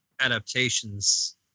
adaptations